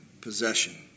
possession